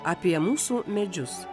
apie mūsų medžius